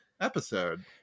episode